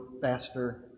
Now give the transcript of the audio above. faster